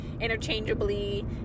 Interchangeably